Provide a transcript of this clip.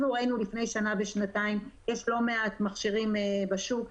ראינו לפני שנה ושנתיים שיש לא מעט מכשירים בשוק,